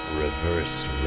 Reverse